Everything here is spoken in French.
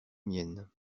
mienne